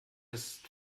ist